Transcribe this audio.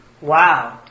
Wow